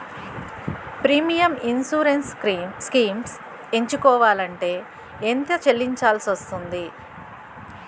Premium insurance schemes ఎంచుకోవలంటే ఎంత చల్లించాల్సివస్తుంది??